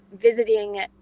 visiting